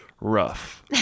rough